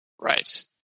Right